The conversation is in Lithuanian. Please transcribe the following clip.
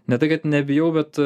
ne tai kad nebijau bet